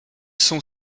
sont